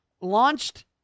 launched